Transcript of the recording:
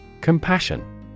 Compassion